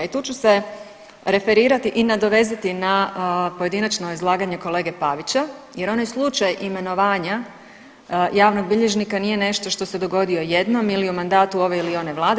I tu ću se referirati i nadovezati na pojedinačno izlaganje kolege Pavića jer onaj slučaj imenovanja javnog bilježnika nije nešto što se dogodio jednom ili u mandatu ove ili one Vlade.